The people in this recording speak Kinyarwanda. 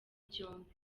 byombi